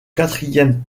quatrième